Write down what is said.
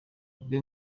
kubwe